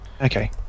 Okay